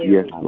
Yes